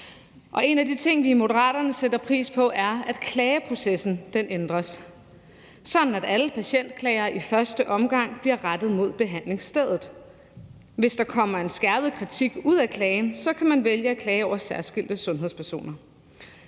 En af de ting, vi i Moderaterne sætter pris på, er, klageprocessen ændres, sådan at alle patientklager i første omgang bliver rettet mod behandlingsstedet. Hvis der kommer en skærpet kritik ud af klagen, kan man vælge at klage over særskilte sundhedspersoner.